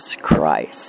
Christ